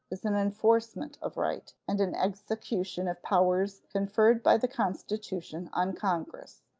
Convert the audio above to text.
is an enforcement of right and an execution of powers conferred by the constitution on congress.